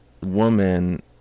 woman